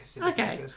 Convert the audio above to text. Okay